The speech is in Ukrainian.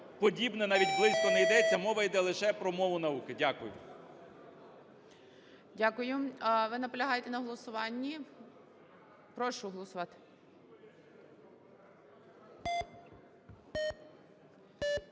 подібне навіть близько не йдеться, мова йде лише про мову науки. Дякую. ГОЛОВУЮЧИЙ. Дякую. Ви наполягаєте на голосуванні? Прошу голосувати.